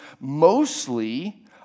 mostly